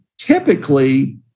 Typically